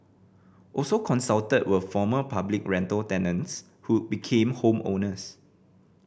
also consulted were former public rental tenants who became home owners